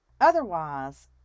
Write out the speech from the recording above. Otherwise